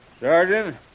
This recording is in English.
Sergeant